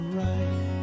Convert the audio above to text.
right